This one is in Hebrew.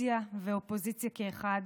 קואליציה ואופוזיציה כאחד,